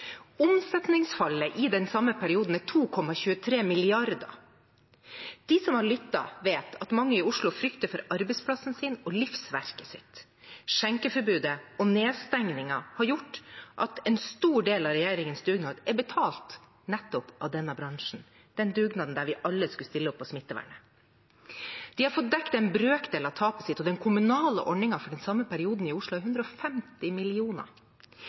Omsetningsfallet i den samme perioden er på 2,23 mrd. kr. De som har lyttet, vet at mange i Oslo frykter for arbeidsplassen sin og livsverket sitt. Skjenkeforbudet og nedstengingen har gjort at en stor del av regjeringens dugnad er betalt nettopp av denne bransjen – den dugnaden der vi alle skulle stille opp for smittevern. De har fått dekt en brøkdel av tapet sitt, og den kommunale ordningen for den samme perioden i Oslo er på 150